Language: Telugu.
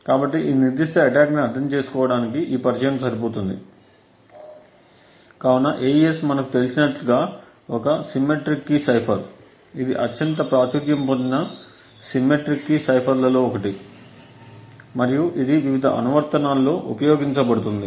కాబట్టి ఈ నిర్దిష్ట అటాక్ ని అర్థం చేసుకోవడానికి ఈ పరిచయం సరిపోతుంది కాబట్టి AES మనకు తెలిసినట్లుగా ఒక సిమెట్రిక్ కీ సైఫర్ ఇది అత్యంత ప్రాచుర్యం పొందిన సిమెట్రిక్ కీ సైఫర్ లలో ఒకటి మరియు ఇది వివిధ అనువర్తనల్లో ఉపయోగించబడుతుంది